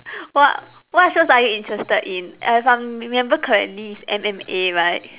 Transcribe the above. what what shows are you interested in as I'm remember correctly is M_M_A right